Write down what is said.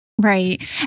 Right